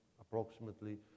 approximately